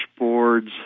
dashboards